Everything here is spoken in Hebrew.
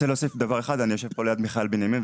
אני רוצה להוסיף דבר אחד: אני יושב פה ליד מיכאל בנימין,